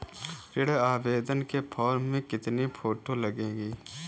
ऋण आवेदन के फॉर्म में कितनी फोटो लगेंगी?